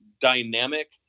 dynamic